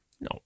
No